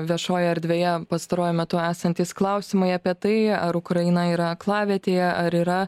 viešojoje erdvėje pastaruoju metu esantys klausimai apie tai ar ukraina yra aklavietėje ar yra